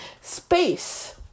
space